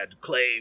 claim